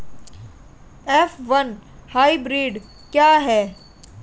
F one hybrid क्या है?